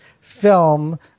film